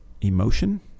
emotion